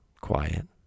quiet